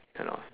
ten hours